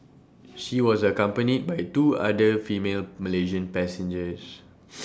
she was accompanied by two other female Malaysian passengers